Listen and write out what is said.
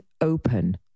open